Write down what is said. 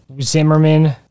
Zimmerman